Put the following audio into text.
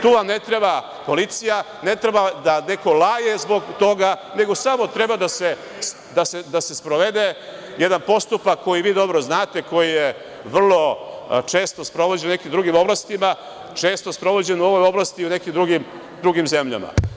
Tu vam ne treba policija, ne treba da vam neko „laje“ zbog toga, nego samo treba da se sprovede jedan postupak koji vi dobro znate, koji je vrlo često sprovođen u nekim drugim oblastima, često sprovođen u ovoj oblasti u nekim drugim zemljama.